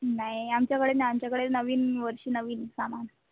नाही आमच्याकडे नाही आमच्याकडे नवीन वर्षी नवीन सामान